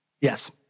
Yes